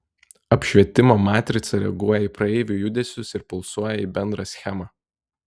apšvietimo matrica reaguoja į praeivių judesius ir pulsuoja į bendrą schemą